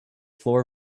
floor